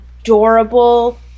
adorable